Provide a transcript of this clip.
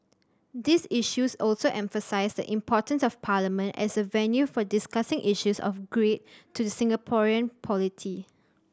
these issues also emphasise the importance of Parliament as a venue for discussing issues of great to the Singaporean polity